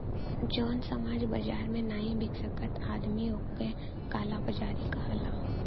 जौन सामान बाजार मे नाही बिक सकत आदमी ओक काला बाजारी कहला